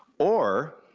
or